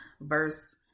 Verse